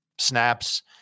snaps